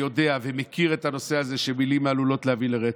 והוא יודע ומכיר את הנושא הזה שמילים עלולות להביא לרצח,